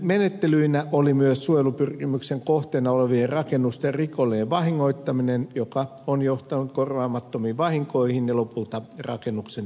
menettelynä oli myös suojelupyrkimyksen kohteena olevien rakennusten rikollinen vahingoittaminen joka on johtanut korvaamattomiin vahinkoihin ja lopulta rakennuksen purkamiseen